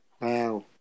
Wow